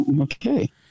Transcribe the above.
Okay